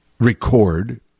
Record